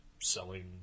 selling